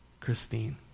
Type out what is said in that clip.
Christine